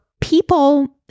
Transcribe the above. people